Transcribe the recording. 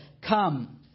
come